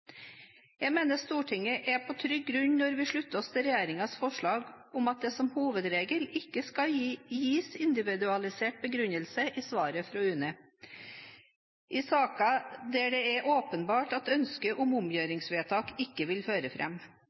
Jeg mener Stortinget er på trygg grunn når vi slutter oss til regjeringens forslag om at det som hovedregel ikke skal gis individualisert begrunnelse i svaret fra UNE i saker der det er åpenbart at ønsket om omgjøringsvedtak ikke vil føre